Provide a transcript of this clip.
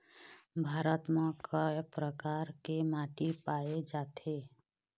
भारत म कय प्रकार के माटी पाए जाथे?